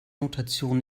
notation